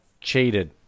cheated